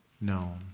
known